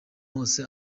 hose